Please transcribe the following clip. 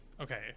Okay